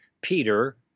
Peter